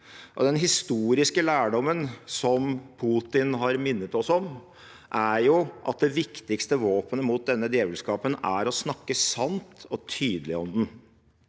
Den historiske lærdommen som Putin har minnet oss om, er at det viktigste våpenet mot denne djevelskapen er å snakke sant og tydelig om den.